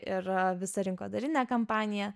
ir visa rinkodarinė kampanija